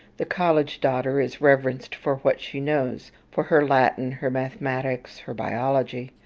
the college daughter is reverenced for what she knows for her latin, her mathematics, her biology.